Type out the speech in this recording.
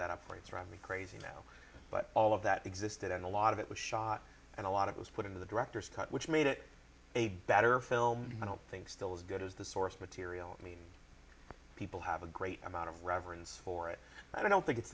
that up for a drive me crazy now but all of that existed and a lot of it was shot and a lot of it was put into the director's cut which made it a better film i don't think still as good as the source material i mean people have a great amount of reverence for it i don't think it's